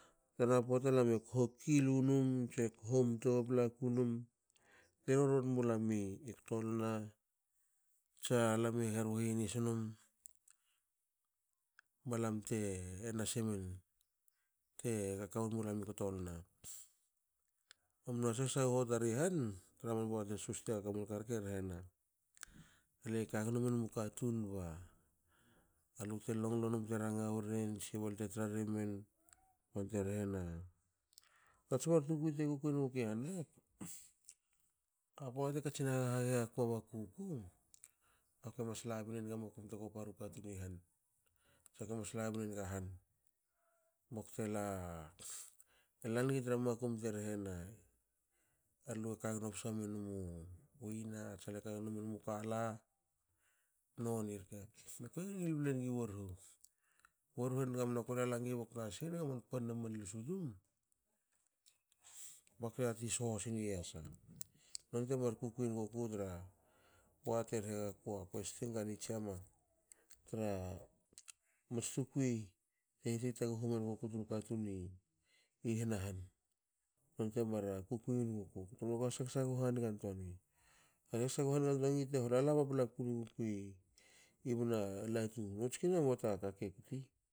Tan apoata lame kho kkikilu num tse kho mto paplaku num te rorou mulam i ktolna tsalame heru hinis num balam te nas emen te kaka wen mulam i ktolna. ktomnu hashasagho tar i han tra man pota te suste gakua man ka rke rhena le kagno menmu katun balute longlo num te ranga weren tsi balte tra remen bante rehena tsmar tukui te kukui engukui han rek, apota te katsin hagaghe gakua baku guku akue mas labinga makum te koparu katun i han tsa komas labinga han baktye langi tra makum te rehena lue kagno psa menmu yana tsa le kagno menmu kala ni rke na ko ngil ngil blengi yorhu. Yorhe nge mna ke lala nigi btna sei enga man panna lusu tum bakte tatin soho gi yasa nonte mar kukui nguku tra pota te rehe gaku akue stanga ni tsiama tra mats tukui te kuikui wenguku ko sagsahoh hanigantoangi. Kue sagsagho hanigantoa nigi te hla la paplaku gukui bna latu notskine muata ka kekti